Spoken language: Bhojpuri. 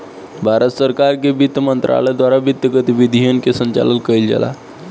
भारत सरकार के बित्त मंत्रालय द्वारा वित्तीय गतिविधियन के संचालन कईल जाला